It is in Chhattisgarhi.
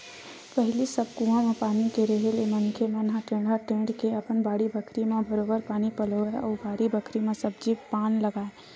पहिली सब कुआं म पानी के रेहे ले मनखे मन ह टेंड़ा टेंड़ के अपन बाड़ी बखरी म बरोबर पानी पलोवय अउ बारी बखरी म सब्जी पान लगाय